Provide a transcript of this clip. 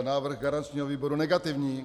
Názor garančního výboru negativní.